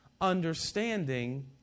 understanding